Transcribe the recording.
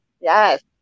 Yes